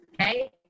Okay